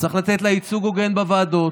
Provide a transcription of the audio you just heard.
צריך לתת לה ייצוג הוגן בוועדות.